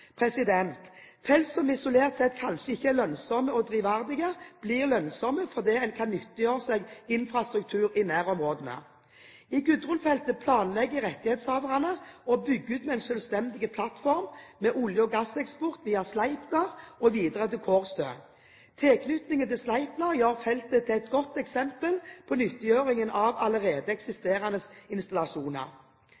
Felt som isolert sett kanskje ikke er lønnsomme og drivverdige, blir lønnsomme fordi en kan nyttiggjøre seg infrastruktur i nærområdene. I Gudrun-feltet planlegger rettighetshaverne å bygge ut med en selvstendig plattform, med olje- og gasseksport via Sleipner og videre til Kårstø. Tilknytningen til Sleipner gjør feltet til et godt eksempel på nyttiggjøringen av allerede